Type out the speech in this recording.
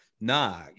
nah